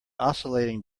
oscillating